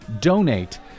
donate